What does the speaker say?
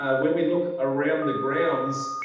ah when we look around the grounds,